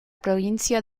provincia